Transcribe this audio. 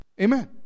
Amen